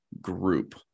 group